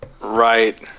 right